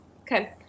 Okay